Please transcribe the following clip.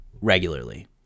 regularly